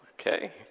Okay